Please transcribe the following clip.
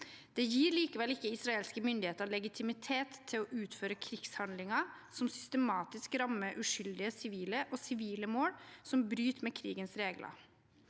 Det gir likevel ikke israelske myndigheter legitimitet til å utføre krigshandlinger som systematisk rammer uskyldige sivile og sivile mål, og som bryter med krigens regler.